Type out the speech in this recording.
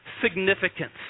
significance